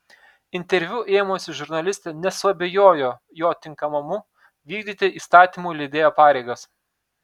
interviu ėmusi žurnalistė nesuabejojo jo tinkamumu vykdyti įstatymų leidėjo pareigas